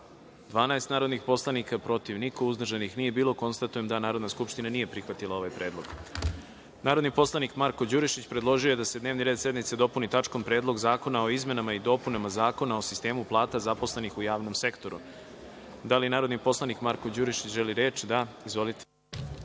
12 narodnih poslanika, protiv – niko, uzdržanih – nema. Konstatujem da Narodna skupština nije prihvatila ovaj predlog. Narodni poslanik Marko Đurišić predložio je da se dnevni red sednice dopuni tačkom – Predlog zakona o izmenama i dopunama Zakona o sistemu plata zaposlenih u javnom sektoru. Da li narodni poslanik Marko Đurišić želi reč? (Da.)Izvolite.